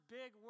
big